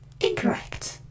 Incorrect